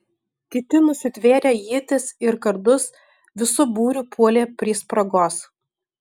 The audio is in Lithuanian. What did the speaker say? kiti nusitvėrę ietis ir kardus visu būriu puolė prie spragos